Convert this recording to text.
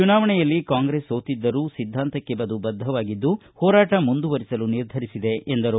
ಚುನಾವಣೆಯಲ್ಲಿ ಕಾಂಗ್ರೆಸ್ ಸೋತಿದ್ದರೂ ಸಿದ್ದಾಂತಕ್ಕೆ ಅದು ಬದ್ಧವಾಗಿದ್ದು ಹೋರಾಟ ಮುಂದುವರಿಸಲು ನಿರ್ಧರಿಸಿದೆ ಎಂದರು